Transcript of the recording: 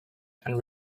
and